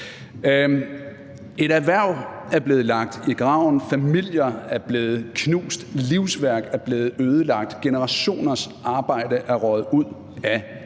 Et erhverv er blevet lagt i graven; familier er blevet knust; livsværk er blevet ødelagt; generationers arbejde er røget ud af